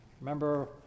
Remember